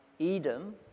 Edom